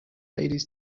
ladies